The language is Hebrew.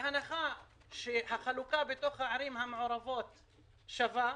בהנחה שהחלוקה בתוך הערים המעורבות שווה,